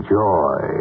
joy